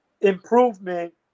improvement